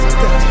Step